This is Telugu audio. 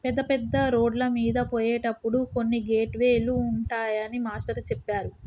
పెద్ద పెద్ద రోడ్లమీద పోయేటప్పుడు కొన్ని గేట్ వే లు ఉంటాయని మాస్టారు చెప్పారు